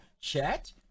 chat